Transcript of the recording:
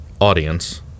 audience